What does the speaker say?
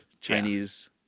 Chinese